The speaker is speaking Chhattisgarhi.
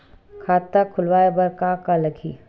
खाता खुलवाय बर का का लगही?